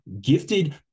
gifted